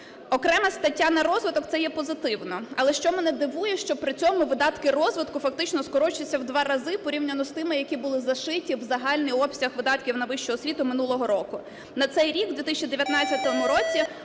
Окрема стаття на розвиток – це є позитивно, але що мене дивує – що при цьому видатки розвитку фактично скорочуються в два рази порівняно з тими, які були зашиті в загальний обсяг видатків на вищу освіту минулого року. На цей рік у 2019 році